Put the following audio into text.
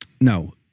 No